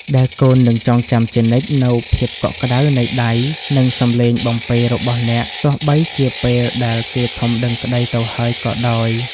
ដែលកូននឹងចងចាំជានិច្ចនូវភាពកក់ក្តៅនៃដៃ និងសំឡេងបំពេរបស់អ្នក ទោះបីជាពេលដែលគេធំដឹងក្តីទៅហើយក៏ដោយ។